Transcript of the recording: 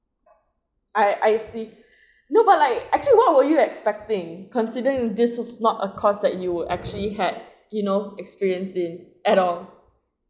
I I see no but like actually what were you expecting considering this was not a course that you would actually had you know experience in at all